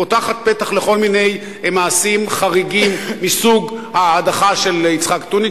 פותחת פתח לכל מיני מעשים חריגים מסוג ההדחה של יצחק טוניק,